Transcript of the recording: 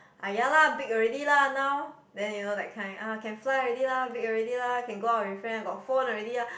ah ya lah big already lah now then you know that kind ah can fly already lah big already lah can go out with friend got phone already lah